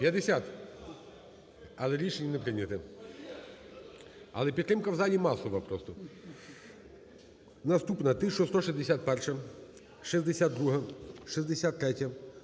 50, але рішення не прийнято. Але підтримка в залі масова просто. Наступна 1161-а. 62-а.